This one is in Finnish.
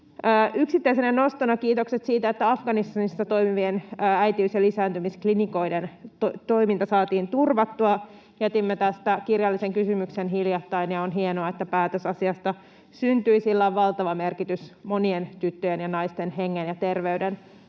Yksittäisenä nostona kiitokset siitä, että Afganistanissa toimivien äitiys- ja lisääntymisklinikoiden toiminta saatiin turvattua. Jätimme tästä kirjallisen kysymyksen hiljattain, ja on hienoa, että päätös asiasta syntyi. Sillä on valtava merkitys monien tyttöjen ja naisten hengen ja terveyden